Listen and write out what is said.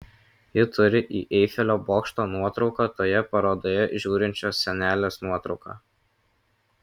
ji turi į eifelio bokšto nuotrauką toje parodoje žiūrinčios senelės nuotrauką